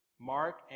Mark